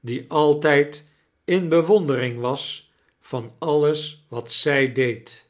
die altijd in bewondering was van alles wat zij deed